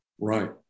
Right